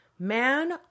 man